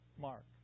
Mark